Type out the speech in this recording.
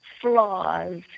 flaws